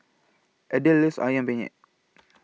Adelle loves Ayam Penyet